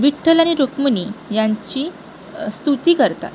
विठ्ठल आणि रुक्मिणी यांची स्तुती करतात